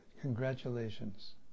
Congratulations